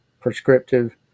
prescriptive